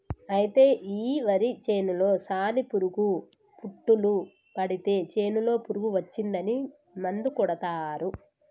అయితే ఈ వరి చేనులో సాలి పురుగు పుట్టులు పడితే చేనులో పురుగు వచ్చిందని మందు కొడతారు